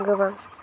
गोबां